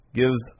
gives